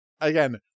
again